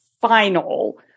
final